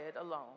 alone